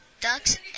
Ducks